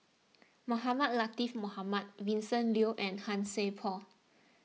Mohamed Latiff Mohamed Vincent Leow and Han Sai Por